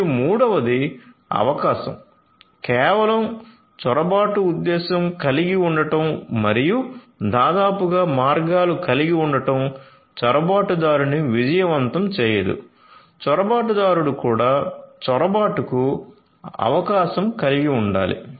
మరియు మూడవది అవకాశం కేవలం చొరబాటు ఉద్దేశ్యం కలిగి ఉండటం మరియు దాదాపుగా మార్గాలు కలిగి ఉండటం చొరబాటుదారుని విజయవంతం చేయదు చొరబాటుదారుడు కూడా చొరబాటుకు అవకాశం కలిగి ఉండాలి